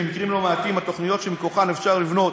במקרים לא מעטים התוכניות שמכוחן אפשר לבנות